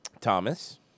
Thomas